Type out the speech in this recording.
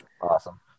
Awesome